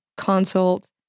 consult